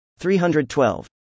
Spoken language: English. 312